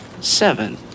Seven